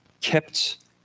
kept